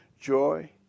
joy